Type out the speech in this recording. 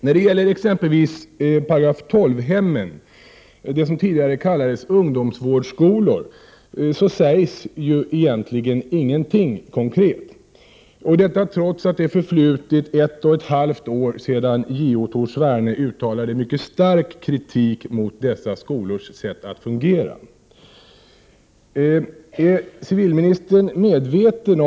När det gäller exempelvis s.k. § 12-hem, som tidigare kallades ungdomsvårdsskolor, sägs egentligen ingenting konkret, trots att det förflutit ett och ett halvt år sedan JO Tor Sverne uttalade mycket stark kritik mot dessa skolors sätt att fungera.